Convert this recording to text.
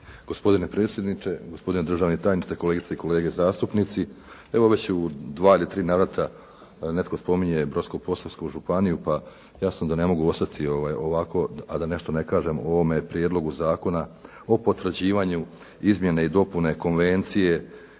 Gospodine predsjedniče, gospodine državni tajniče, kolegice i kolege zastupnici. Evo, već u dva ili tri navrata netko spominje Brodsko-posavsku županiju pa jasno da ne mogu ostati ovako, a da nešto ne kažem o ovome Prijedlogu zakona o potvrđivanju izmjene i dopune Konvencije